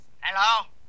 Hello